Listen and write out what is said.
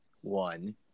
one